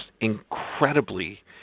incredibly